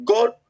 God